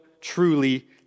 truly